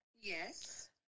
Yes